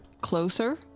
closer